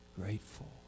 grateful